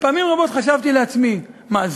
פעמים רבות חשבתי לעצמי: מה,